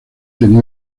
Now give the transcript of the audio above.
tenía